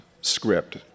script